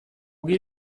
geht